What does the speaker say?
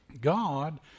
God